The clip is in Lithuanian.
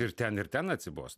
ir ten ir ten atsibosta